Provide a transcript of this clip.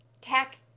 tech